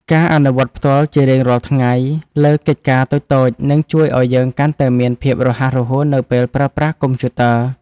ការអនុវត្តផ្ទាល់ជារៀងរាល់ថ្ងៃលើកិច្ចការតូចៗនឹងជួយឱ្យយើងកាន់តែមានភាពរហ័សរហួននៅពេលប្រើប្រាស់កុំព្យូទ័រ។